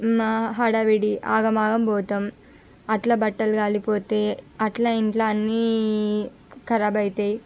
హడావిడి ఆగమాగం పోతము అట్లా బట్టలు కాలిపోతే అట్లా ఇంట్లో అన్నీ ఖరాబు అవుతాయి